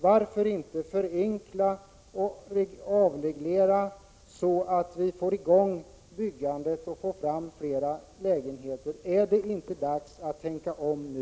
Varför inte förenkla och avreglera så att vi får i gång byggandet och får fram flera lägenheter? Är det inte dags att tänka om nu?